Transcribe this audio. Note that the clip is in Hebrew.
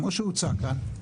כמו שהוצג כאן,